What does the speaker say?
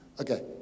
Okay